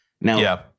Now